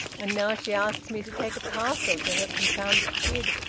and now she asks me to take a parcel to her confounded kid!